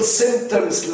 symptoms